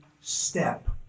step